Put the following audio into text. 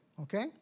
Okay